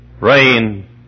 Rain